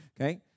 okay